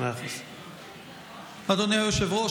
אדוני היושב-ראש,